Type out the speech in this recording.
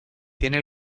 tiene